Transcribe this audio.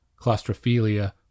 claustrophilia